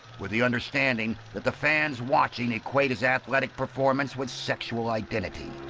with the understanding that the fans watching equate his athletic performance with sexual identity.